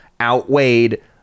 outweighed